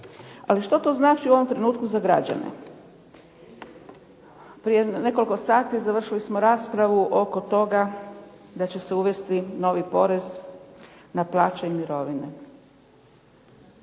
Ali što to znači u ovom trenutku za građane? Prije nekoliko sati završili smo raspravu oko toga da će se uvesti novi porez na plaće i mirovine